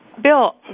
Bill